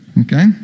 Okay